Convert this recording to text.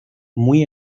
muy